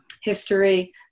history